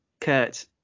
Kurt